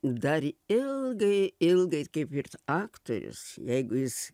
dar ilgai ilgai kaip ir aktorius jeigu jis